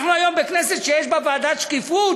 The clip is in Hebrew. אנחנו היום בכנסת שיש בה ועדת שקיפות,